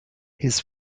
his